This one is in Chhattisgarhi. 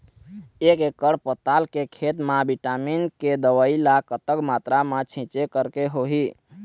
एक एकड़ पताल के खेत मा विटामिन के दवई ला कतक मात्रा मा छीचें करके होही?